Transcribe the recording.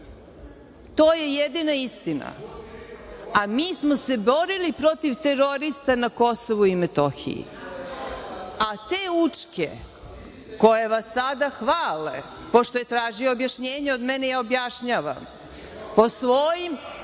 to je jedina istina, a mi smo se borili protiv terorista na KiM, a te učke koje vas sada hvale, pošto je tražio objašnjenje od mene i ja objašnjavam, po svojim